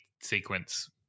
sequence